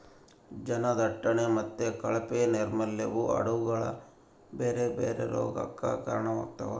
ಜನದಟ್ಟಣೆ ಮತ್ತೆ ಕಳಪೆ ನೈರ್ಮಲ್ಯವು ಆಡುಗಳ ಬೇರೆ ಬೇರೆ ರೋಗಗಕ್ಕ ಕಾರಣವಾಗ್ತತೆ